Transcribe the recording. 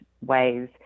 ways